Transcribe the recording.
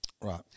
Right